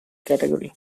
category